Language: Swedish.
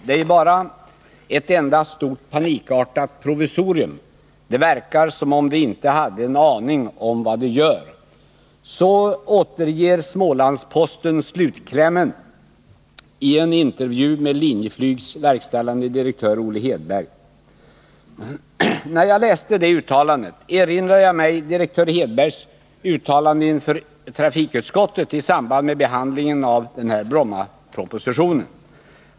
Det är ju bara ett enda stort panikartat provisorium — det verkar som om de inte hade en aning om vad de gör...” Så återger Smålandsposten slutklämmen i en intervju med 47 När jag läste det uttalandet erinrade jag mig direktör Hedbergs uttalande inför trafikutskottet i samband med behandlingen av Brommapropositionen.